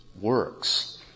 Works